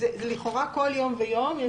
כל יום ויום.